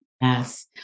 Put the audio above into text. Yes